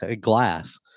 glass